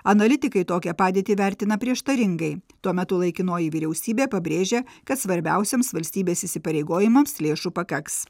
analitikai tokią padėtį vertina prieštaringai tuo metu laikinoji vyriausybė pabrėžė kad svarbiausiems valstybės įsipareigojimams lėšų pakaks